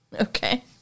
Okay